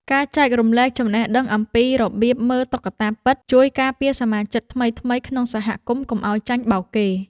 ការចែករំលែកចំណេះដឹងអំពីរបៀបមើលតុក្កតាពិត ជួយការពារសមាជិកថ្មីៗក្នុងសហគមន៍កុំឱ្យចាញ់បោកគេ។